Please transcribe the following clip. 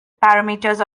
parameters